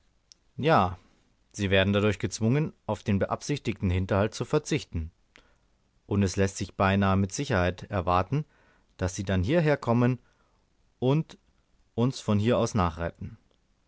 ja sie werden dadurch gezwungen auf den beabsichtigten hinterhalt zu verzichten und es läßt sich beinahe mit sicherheit erwarten daß sie dann hierherkommen und uns von hier aus nachreiten